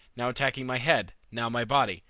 now attacking my head, now my body.